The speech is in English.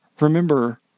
Remember